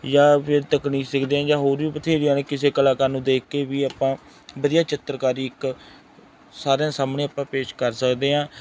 ਜਾਂ ਫਿਰ ਤਕਨੀਕ ਸਿਖਦੇ ਹਾਂ ਜਾਂ ਹੋਰ ਵੀ ਬਥੇਰੀਆਂ ਨੇ ਕਿਸੇ ਕਲਾਕਾਰ ਨੂੰ ਦੇਖ ਕੇ ਵੀ ਆਪਾਂ ਵਧੀਆ ਚਿੱਤਰਕਾਰੀ ਇੱਕ ਸਾਰਿਆਂ ਦੇ ਸਾਹਮਣੇ ਆਪਾਂ ਪੇਸ਼ ਕਰ ਸਕਦੇ ਹਾਂ